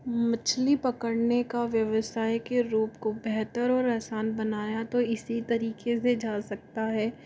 मछली पकड़ने का व्यवसाय के रूप को बेहतर और असान बनाया तो इसी तरीके से जा सकता है